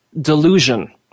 Delusion